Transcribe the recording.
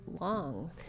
long